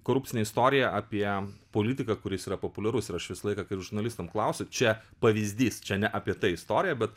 korupcinė istorija apie politiką kuris yra populiarus ir aš visą laiką kai ir žurnalistam klausia čia pavyzdys čia ne apie tai istorija bet